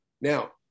Now